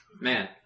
Man